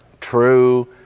true